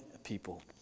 people